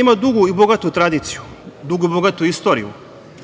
ima dugu i bogatu tradiciju, dugu i bogatu istoriju,